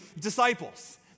disciples